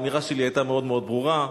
האמירה שלי היתה מאוד מאוד ברורה,